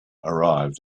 arrived